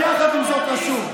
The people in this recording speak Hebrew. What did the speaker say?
יחד עם זאת, חשוב: